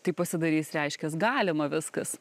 tai pasidarys reiškias galima viskas